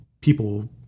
people